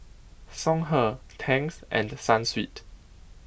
Songhe Tangs and Sunsweet